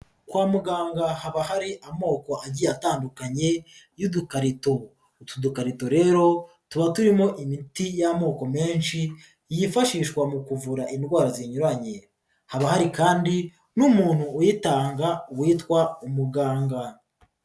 Kwa muganga haba hari amoko agiye atandukanye y'udukarito, utu dukarito rero tuba turimo imiti y'amoko menshi yifashishwa mu kuvura indwara zinyuranye, haba hari kandi n'umuntu uyitanga witwa umuganga.